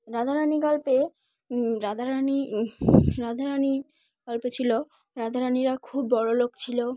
রাধাারানী গল্পে রাধাারানী রাধাারানী গল্প ছিল রাধারানীরা খুব বড়ো লোক ছিল